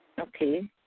Okay